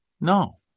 no